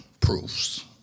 proofs